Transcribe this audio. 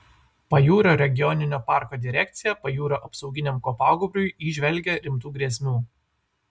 pajūrio regioninio parko direkcija pajūrio apsauginiam kopagūbriui įžvelgia rimtų grėsmių